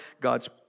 God's